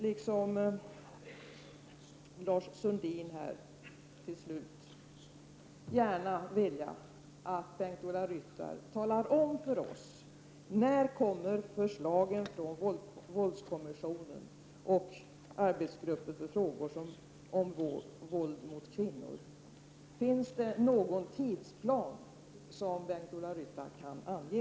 Liksom Lars Sundin vill jag att Bengt-Ola Ryttar svarar på frågan: När kommer förslagen från våldskommissionen och arbetsgruppen för frågor om våld mot kvinnor? Finns det någon tidsplan som Bengt-Ola Ryttar kan ange?